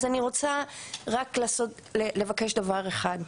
אני רוצה רק לבקש דבר אחד.